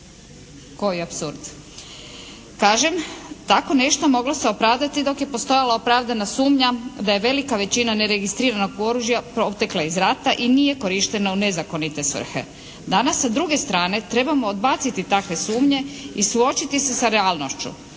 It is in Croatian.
Koji apsurd! Kažem, tako nešto moglo se opravdati dok je postojala opravdana sumnja da je velika većina neregistriranog oružja potekla iz rata i nije korištena u nezakonite svrhe. Danas sa druge strane trebamo odbaciti takve sumnje i suočiti se sa realnošću.